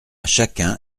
chacun